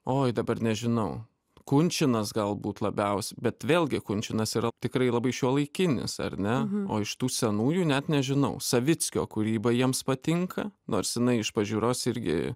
oi dabar nežinau kunčinas galbūt labiausiai bet vėlgi kunčinas yra tikrai labai šiuolaikinis ar ne o iš tų senųjų net nežinau savickio kūryba jiems patinka nors jinai iš pažiūros irgi